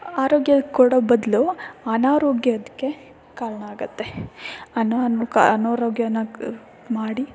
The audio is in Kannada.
ಆರೋಗ್ಯ ಕೊಡೋ ಬದಲು ಅನಾರೋಗ್ಯಕ್ಕೆ ಕಾರಣ ಆಗುತ್ತೆ ಅನಾನುಕ ಅನಾರೋಗ್ಯನ ಮಾಡಿ